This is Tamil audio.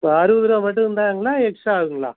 ஸோ அறுபதுருவா மட்டும் மட்டும்தாங்களா எக்ஸ்ட்ரா ஆகுங்களா